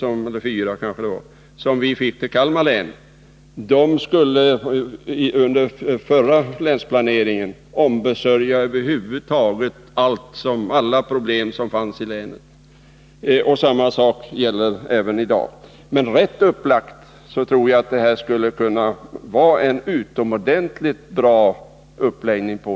De 3 eller 4 miljoner som vi fick i Kalmar län under den förra länsplaneringen skulle användas till att ombesörja lösningar på alla problem som vi över huvud taget har i länet. Samma sak gäller i dag. Men jag tror att verksamheten rätt upplagd skulle kunna vara utomordentligt bra.